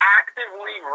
actively